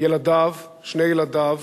ושני ילדיו,